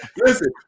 Listen